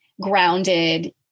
grounded